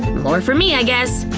more for me, i guess.